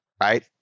right